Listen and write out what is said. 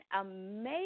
amazing